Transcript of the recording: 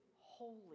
holy